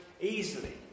easily